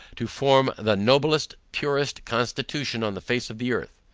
to form the noblest purest constitution on the face of the earth.